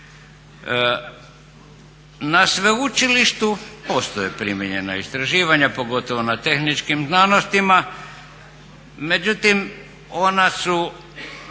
Na sveučilištu postoje primijenjena istraživanja pogotovo na tehničkim znanostima, međutim ona su